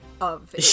of-